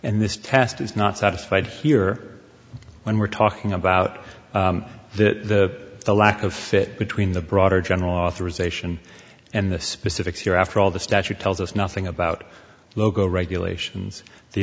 and this task is not satisfied here when we're talking about the lack of fit between the broader general authorization and the specifics here after all the statute tells us nothing about local regulations the